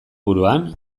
buruan